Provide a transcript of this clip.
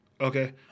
Okay